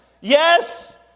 yes